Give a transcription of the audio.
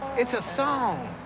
it's a song.